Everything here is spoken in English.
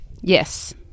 Yes